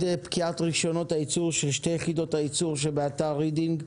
פקיעת רישיונות הייצור של שתי יחידות הייצור שבאתר רידינג,